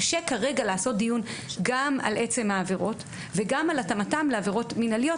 קשה כרגע לעשות דיון גם על עצם העבירות וגם על התאמן לעבירות מינהליות.